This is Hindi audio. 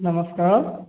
नमस्कार